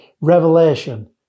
revelation